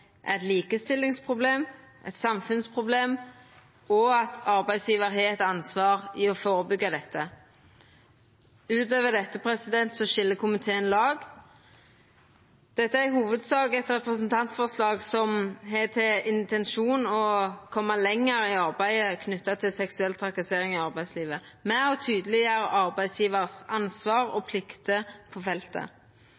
er eit likestillingsproblem og eit samfunnsproblem, og at arbeidsgjevarar har eit ansvar for å førebyggja dette. Utover det skil komiteen lag. Dette er i hovudsak eit representantforslag som har som intensjon å koma lenger i arbeidet knytt til seksuell trakassering i arbeidslivet med å tydeleggjera det ansvaret og